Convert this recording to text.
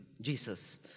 Jesus